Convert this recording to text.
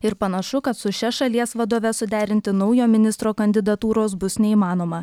ir panašu kad su šia šalies vadove suderinti naujo ministro kandidatūros bus neįmanoma